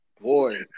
Boy